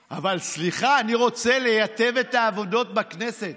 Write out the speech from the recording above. סליחה, אני רוצה לטייב את העבודות בכנסת.